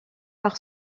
par